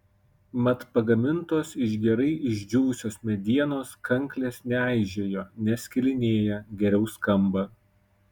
mat pagamintos iš gerai išdžiūvusios medienos kanklės neaižėja neskilinėja geriau skamba